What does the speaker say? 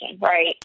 right